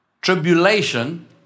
tribulation